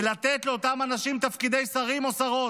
ולתת לאותם אנשים תפקידי שרים או שרות.